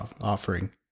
offering